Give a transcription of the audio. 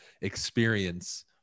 experience